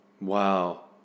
Wow